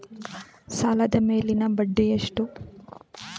ಸಾಲದ ಮೇಲಿನ ಬಡ್ಡಿ ಎಷ್ಟು?